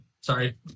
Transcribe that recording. Sorry